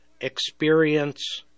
experience